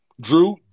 Drew